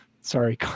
Sorry